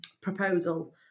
proposal